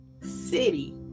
city